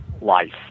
life